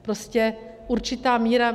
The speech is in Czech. Prostě určitá míra...